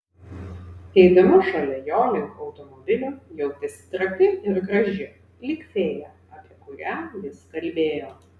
eidama šalia jo link automobilio jautėsi trapi ir graži lyg fėja apie kurią jis kalbėjo